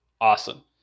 awesome